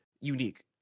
unique